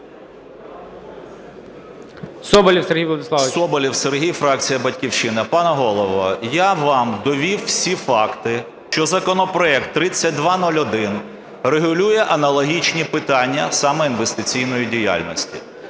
Соболєв Сергій Владиславович. 11:37:11 СОБОЛЄВ С.В. Соболєв Сергій, фракція "Батьківщина". Пане Голово, я вам довів всі факти, що законопроект 3201 регулює аналогічні питання саме інвестиційної діяльності.